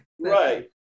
Right